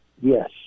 Yes